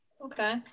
Okay